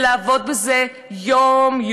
ולעבוד בזה יום-יום.